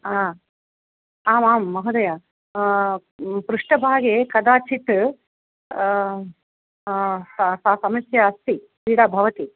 आमां महोदय पृष्ठभागे कदाचित् सा सा समस्या अस्ति पीडा भवति